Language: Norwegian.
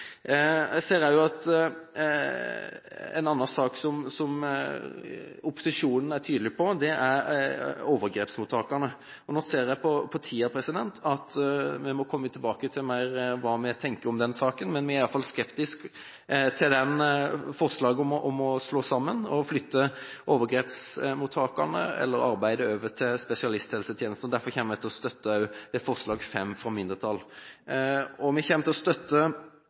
Jeg ser også at en annen sak som opposisjonen er tydelig på, er overgrepsmottakene. Nå ser jeg på tiden at vi må komme tilbake til hva vi tenker om den saken, men vi er i hvert fall skeptiske til forslaget om å slå sammen og flytte overgrepsmottakene, eller arbeidet, over til spesialisthelsetjenesten. Derfor kommer jeg til å støtte forslag nr. 5 fra mindretallet. Vi kommer til å støtte